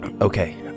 Okay